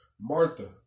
Martha